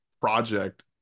project